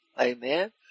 amen